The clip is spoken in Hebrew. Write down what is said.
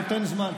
נותן זמן.